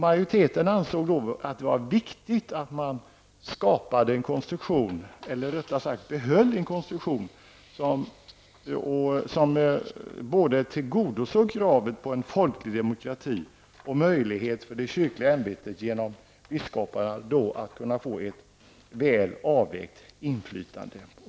Majoriteten ansåg då det vara viktigt att man skapade en konstruktion, eller rättare sagt behöll en konstruktion, som både tillgodosåg kravet på en folklig demokrati och möjlighet för det kyrkliga ämbetet genom biskoparna att få ett väl avvägt inflytande.